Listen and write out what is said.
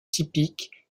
typique